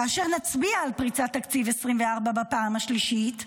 כאשר נצביע על פריצת תקציב 2024 בפעם השלישית,